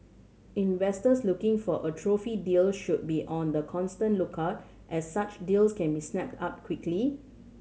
investors looking for a trophy deals should be on the constant lookout as such deals can be snapped up quickly